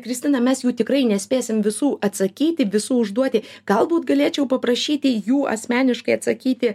kristina mes jų tikrai nespėsim visų atsakyti visų užduoti galbūt galėčiau paprašyti jų asmeniškai atsakyti